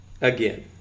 Again